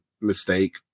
Mistake